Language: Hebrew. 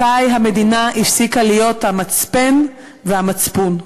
מתי המדינה הפסיקה להיות המצפן והמצפון?